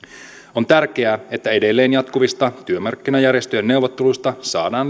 on tärkeää että edelleen jatkuvista työmarkkinajärjestöjen neuvotteluista saadaan